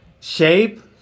shape